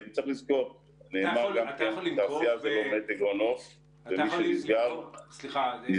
צריך לזכור שתעשייה זה לא מתג on/off ומי שנסגר נסגר.